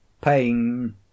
pain